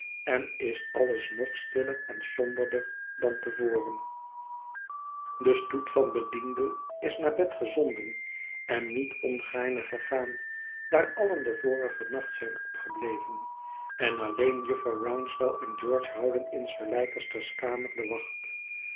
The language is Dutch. en is alles nog stiller en somberder dan te voren de stoet van bedienden is naar bed gezonden en niet ongaarne gegaan daar allen den vorigen nacht zijn opgebleven en alléén jufvrouw rouncewell en george houden in sir leicester's kamer de wacht